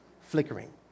Flickering